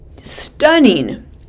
stunning